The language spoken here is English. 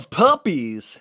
puppies